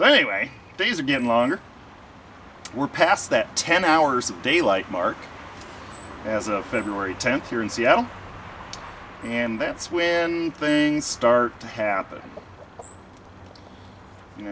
are getting longer we're past that ten hours of daylight mark as a february tenth here in seattle and that's when things start to happen you